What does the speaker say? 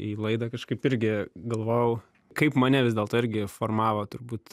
į laidą kažkaip irgi galvojau kaip mane vis dėlto irgi formavo turbūt